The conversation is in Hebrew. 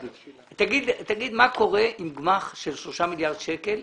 תגיד מה קורה עם גמ"ח של 3 מיליארד שקלים.